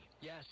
Yes